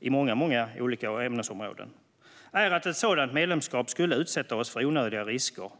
i fråga om många olika ämnesområden - är att ett sådant medlemskap skulle utsätta oss för onödiga risker.